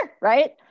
right